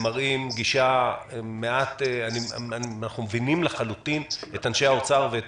גישה מעט אנחנו מבינים לחלוטין את אנשי משרד האוצר ואת